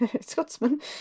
Scotsman